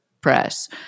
press